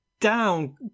down